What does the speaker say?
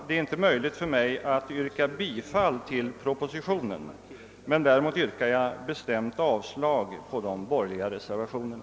Det är inte möjligt för mig att yrka bifall till propositionen, men däremot yrkar jag bestämt avslag på de borgerliga reservationerna.